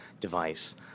device